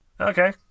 Okay